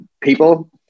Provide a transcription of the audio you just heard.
people